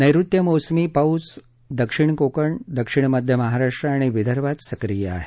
नैऋत्य मोसमी पाऊस दक्षिण कोकण दक्षिण मध्य महाराष्ट्र आणि विदर्भात सक्रीय आहे